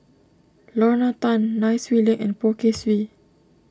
Lorna Tan Nai Swee Leng and Poh Kay Swee